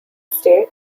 state